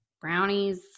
Brownies